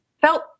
felt